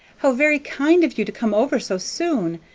how very kind of you to come over so soon!